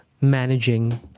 managing